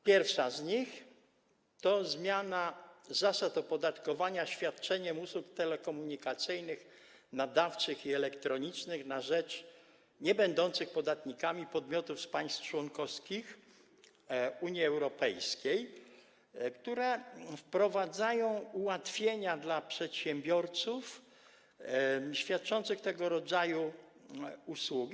Pierwsza z nich to zmiana zasad opodatkowania świadczenia usług telekomunikacyjnych, nadawczych i elektronicznych na rzecz niebędących podatnikami podmiotów z państw członkowskich Unii Europejskiej, które wprowadzają ułatwienia dla przedsiębiorców świadczących tego rodzaju usługi.